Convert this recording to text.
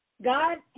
God